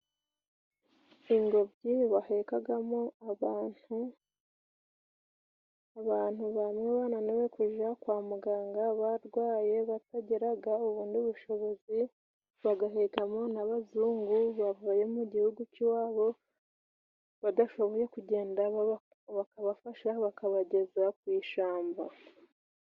Ingobyi bahekagamo abantu; abantu bamwe bananiwe kuja kwa muganga barwaye batagiraga ubundi bushobozi, bagahekamo n'abazungu bavuye mu gihugu c'iwabo badashoboye kugenda bakabafasha bakabageza ku ishamba.